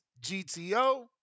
GTO